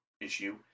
issue